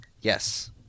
Yes